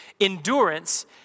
Endurance